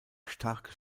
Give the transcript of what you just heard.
starke